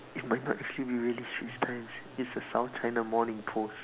it might not assume it's really Straits Times it's a South China morning post